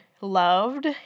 loved